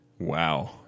Wow